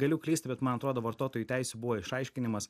galiu klyst bet man atrodo vartotojų teisių buvo išaiškinimas